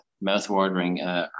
mouth-watering